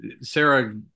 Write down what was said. Sarah